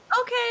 Okay